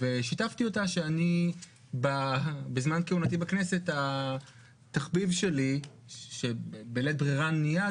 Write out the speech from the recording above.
ושיתפתי אותה שאני בזמן כהונתי בכנסת התחביב שלי שבלית ברירה נהיה,